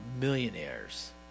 millionaires